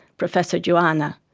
professor juwana.